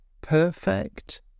perfect